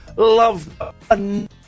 love